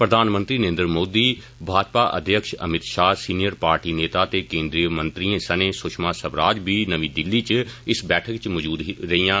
प्रधानमंत्री नरेन्द्र मोदी भाजपा अध्यक्ष Amit Shah senior party नेता ते केन्द्र मंत्रिएं सने सुशमा स्वराज बी नमीं दिल्ली इच इस बैठक इच मौजूद रेइया